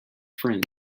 friend